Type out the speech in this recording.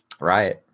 Right